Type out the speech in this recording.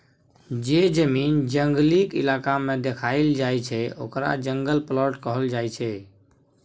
जे जमीन जंगली इलाका में देखाएल जाइ छइ ओकरा जंगल प्लॉट कहल जाइ छइ